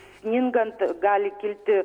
sningant gali kilti